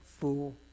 fool